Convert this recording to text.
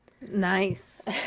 Nice